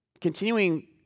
continuing